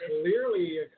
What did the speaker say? clearly